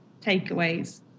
takeaways